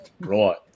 Right